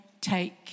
take